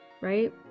Right